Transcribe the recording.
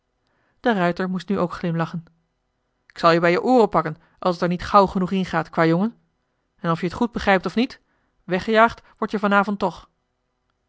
de ruijter moest nu ook glimlachen k zal je bij je ooren pakken als t er niet gauw genoeg in gaat kwâjongen en of je t goed begrijpt of niet weggejaagd word je vanavond toch